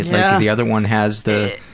yeah the other one has the.